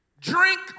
drink